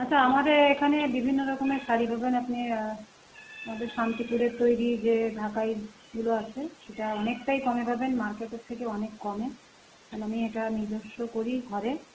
আচ্ছা আমাদের এখানে বিভিন্ন রকমের শাড়ি দোকান আপনি আমাদের শান্তিপুরের তৈরি যে ঢাকাইগুলো আছে সেটা অনেকটাই কমে পাবেন মার্কেটের থেকে অনেক কমে কেন আমি এটা নিজস্ব করি ঘরে